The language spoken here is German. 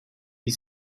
wie